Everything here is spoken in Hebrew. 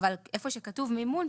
אבל היכן שכתוב מימון,